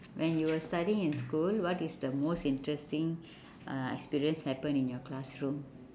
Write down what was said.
when you were studying in school what is the most interesting uh experience happen in your classroom